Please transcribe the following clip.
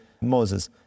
Moses